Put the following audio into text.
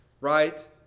right